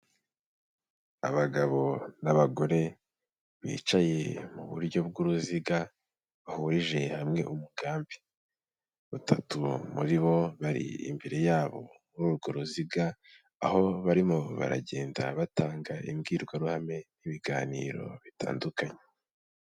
Abagabo n'abagore, bicaye mu buryo bw'uruziga, bahurije hamwe umugambi. Batatu muri bo bari imbere yabo muri urwo ruziga, aho barimo baragenda batanga imbwirwaruhame n'ibiganiro bitandukanye.